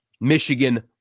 Michigan